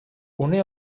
une